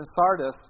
Sardis